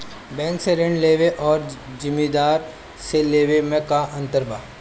Bank से ऋण लेवे अउर जमींदार से लेवे मे का अंतर बा?